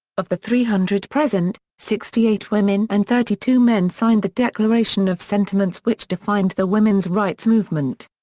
of the three hundred present, sixty eight women and thirty two men signed the declaration of sentiments which defined the women's rights movement.